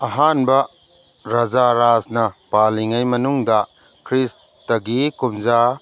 ꯑꯍꯥꯟꯕ ꯔꯥꯖꯥ ꯔꯥꯖꯅ ꯄꯥꯜꯂꯤꯉꯩ ꯃꯅꯨꯡꯗ ꯈ꯭ꯔꯤꯁꯇꯒꯤ ꯀꯨꯝꯖꯥ